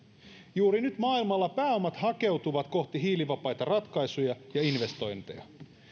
juuri nyt maailmalla pääomat hakeutuvat kohti hiilivapaita ratkaisuja ja investointeja